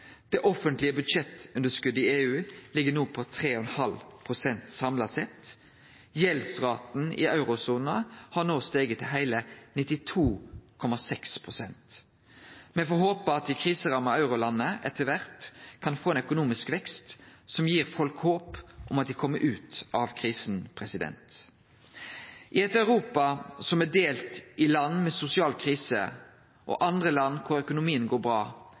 Det offentlege budsjettunderskottet i EU ligg no på 3,5 pst. samla sett. Gjeldsraten i eurosona har no stige til heile 92,6 pst. Me får håpe at dei kriseramma eurolanda etter kvart kan få ein økonomisk vekst som gir folk håp om at dei kjem ut av krisa. I eit Europa som er delt i land med sosial krise og andre land der økonomien går bra,